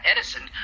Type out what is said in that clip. Edison